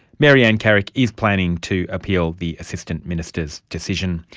maryanne caric is planning to appeal the assistant minister's decision.